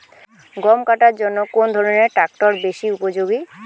গম কাটার জন্য কোন ধরণের ট্রাক্টর বেশি উপযোগী?